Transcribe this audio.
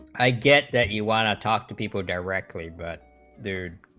i'd get that you wanna talk to people directly but did